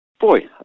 boy